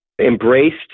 embraced